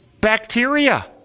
Bacteria